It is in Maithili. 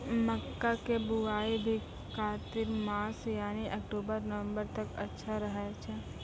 मक्का के बुआई भी कातिक मास यानी अक्टूबर नवंबर तक अच्छा रहय छै